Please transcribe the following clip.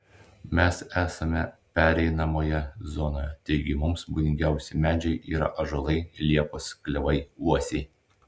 mes esame pereinamoje zonoje taigi mums būdingiausi medžiai yra ąžuolai liepos klevai uosiai